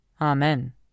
Amen